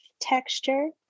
texture